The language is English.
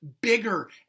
bigger